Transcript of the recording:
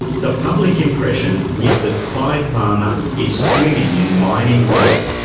the public impression is that clive palmer is swimming in mining wealth.